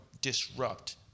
disrupt